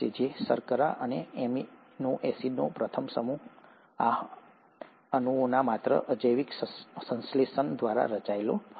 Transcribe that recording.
તેથી શર્કરા અથવા એમિનો એસિડનો પ્રથમ સમૂહ આ અણુઓના માત્ર અજૈવિક સંશ્લેષણ દ્વારા રચાયો હશે